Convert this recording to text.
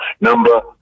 number